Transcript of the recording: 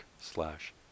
slash